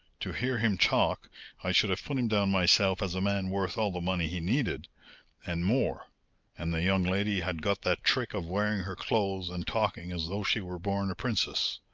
to hear him talk i should have put him down myself as a man worth all the money he needed and more and the young lady had got that trick of wearing her clothes and talking as though she were born a princess.